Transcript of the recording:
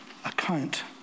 account